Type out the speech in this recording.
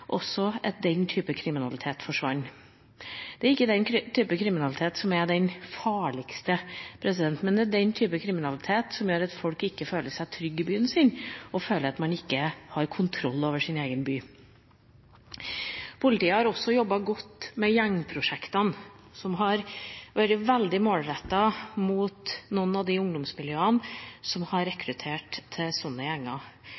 også den typen kriminalitet – gjennom systematisk og godt gammeldags politiarbeid – forsvant. Dette er ikke den typen kriminalitet som er den farligste, men det er den typen kriminalitet som gjør at folk ikke føler seg trygge i byen sin, og som gjør at folk føler at man ikke har kontroll over deres egen by. Politiet har også jobbet godt med gjengprosjektene, som har vært veldig målrettet mot noen av de ungdomsmiljøene som har rekruttert til